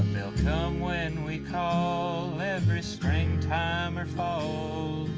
they'll come when we call every springtime or fall